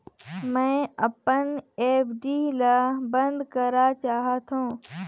मैं अपन एफ.डी ल बंद करा चाहत हों